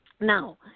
Now